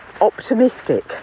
optimistic